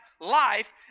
life